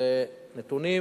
אלה נתונים